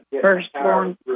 firstborn